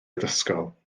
addysgol